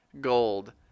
gold